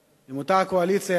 עם אותה הקואליציה